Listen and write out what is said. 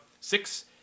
six